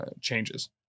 changes